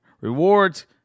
Rewards